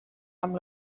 amb